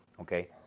Okay